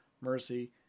mercy